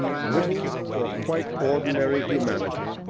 little or quite ordinary humanity,